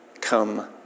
come